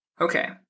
Okay